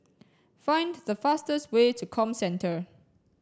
find the fastest way to Comcentre